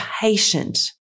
patient